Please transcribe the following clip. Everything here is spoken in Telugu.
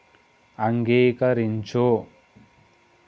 అంగీకరించు